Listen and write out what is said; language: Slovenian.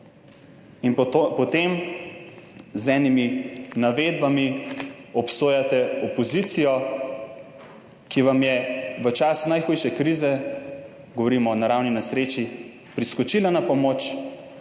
in potem z enimi navedbami obsojate opozicijo, ki vam je v času najhujše krize, govorimo o naravni nesreči, priskočila na pomoč,